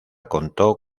contó